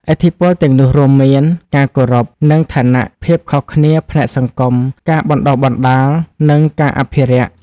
ឥទ្ធិពលទាំងនោះរួមមាន ការគោរព និងឋានៈ ភាពខុសគ្នាផ្នែកសង្គម ការបណ្តុះបណ្តាល និងការអភិរក្ស។